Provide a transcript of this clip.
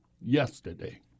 yesterday